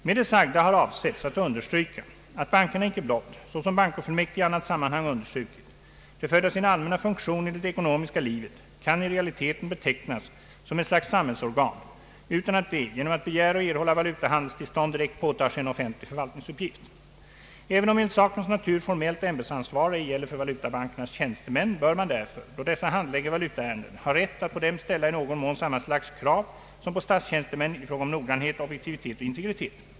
Med det sagda har avsetts att understryka att bankerna inte blott — såsom bankofullmäktige i annat sammanhang understrukit — till följd av sin allmänna funktion i det ekonomiska livet kan i realiteten betecknas som ett slags samhällsorgan utan att de genom att begära och erhålla valutahandelstillstånd direkt påtar sig en offentlig förvaltningsuppgift. även om enligt sakens natur formellt ämbetsansvar ej gäller för valutabankernas tjänstemän, bör man därför, då dessa handlägger valutaärenden, ha rätt att på dem ställa i någon mån samma slags krav som på statstjänstemän i fråga om noggrannhet, objektivitet och integritet.